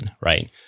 right